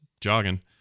jogging